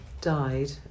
died